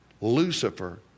Lucifer